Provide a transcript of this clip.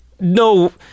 no